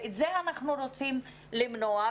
ואת זה אנחנו רוצים למנוע.